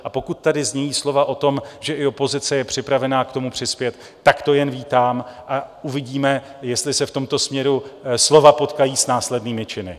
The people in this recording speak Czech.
A pokud tady znějí slova o tom, že i opozice je připravena k tomu přispět, tak to jen vítám a uvidíme, jestli se v tomto směru slova potkají s následnými činy.